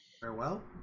Farewell